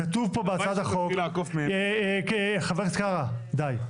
כתוב פה בהצעת החוק, חברת הכנסת קארה, די.